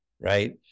right